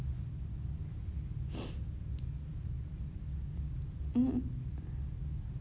mm